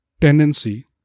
tendency